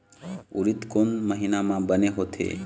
उरीद कोन महीना म बने होथे?